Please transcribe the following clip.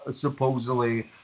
supposedly